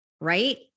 right